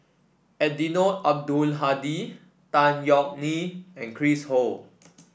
Eddino Abdul Hadi Tan Yeok Nee and Chris Ho